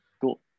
Cool